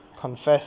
confess